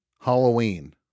Halloween